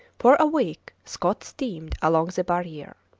for a week scott steamed along the barrier.